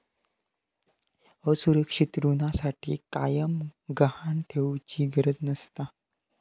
असुरक्षित ऋणासाठी कायव गहाण ठेउचि गरज नसता